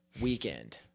weekend—